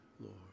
Lord